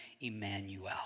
Emmanuel